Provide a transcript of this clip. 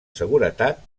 seguretat